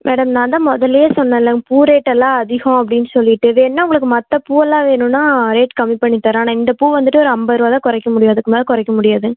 madam நான் தான் மொதல்லேயே சொன்னேன்ல பூ ரேட் எல்லாம் அதிகம்னு சொல்லிட்டு வேணுன்னால் உங்களுக்கு மற்ற பூவெல்லாம் வேணுன்னால் நான் ரேட் கம்மி பண்ணித் தரேன் ஆனால் இந்த பூ வந்துட்டு ஒரு ஐம்பது ரூபா குறைக்க முடியும் அதுக்கு மேலே குறைக்க முடியாது